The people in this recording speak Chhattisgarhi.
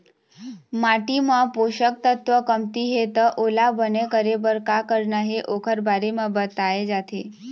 माटी म पोसक तत्व कमती हे त ओला बने करे बर का करना हे ओखर बारे म बताए जाथे